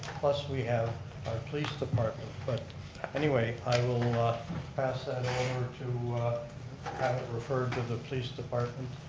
plus we have our police department. but anyway, i will will ah pass that over to have it referred to the police department,